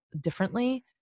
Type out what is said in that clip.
differently